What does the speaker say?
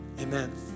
amen